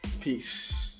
peace